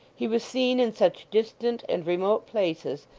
he was seen in such distant and remote places,